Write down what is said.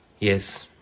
yes